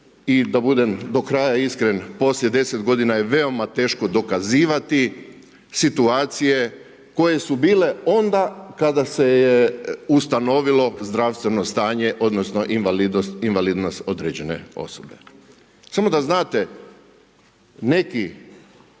i da budem do kraja iskren, poslije 10 godina je veoma teško dokazivati situacije koje su bile onda kada se je ustanovilo zdravstveno stanje, odnosno invalidnost određene osobe. Samo da znate, neki